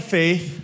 faith